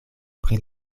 pri